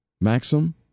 Maxim